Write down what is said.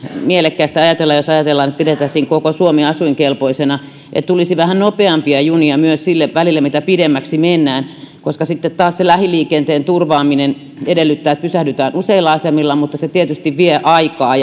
mielekkäästi ajatella jos ajatellaan että pidettäisiin koko suomi asuinkelpoisena että tulisi vähän nopeampia junia myös sille välille mitä pidemmäksi mennään koska sitten taas se lähiliikenteen turvaaminen edellyttää että pysähdytään useilla asemilla mutta se tietysti vie aikaa